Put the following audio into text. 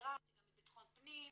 ביררתי גם עם בטחון פנים,